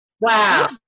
Wow